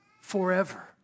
forever